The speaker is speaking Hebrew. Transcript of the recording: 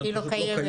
הקרן פשוט לא קיימת.